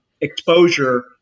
exposure